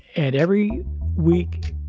and every week,